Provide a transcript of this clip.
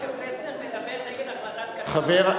יכול להיות שפלסנר מדבר נגד החלטת קדימה, ?